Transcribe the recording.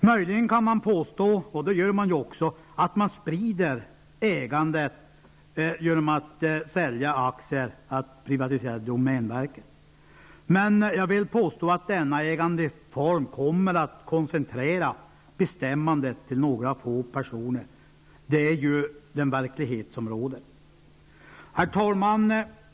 Det är möjligt att man sprider ägandet genom att sälja aktier i och privatisera domänverket, men jag vill påstå att denna ägandeform kommer att koncentrera bestämmandet till några få personer. Det är den verklighet som råder. Herr talman!